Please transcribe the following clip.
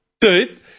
Dude